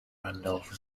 randolph